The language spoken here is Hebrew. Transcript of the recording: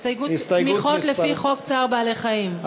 הסתייגות לתמיכות לפי חוק צער בעלי-חיים.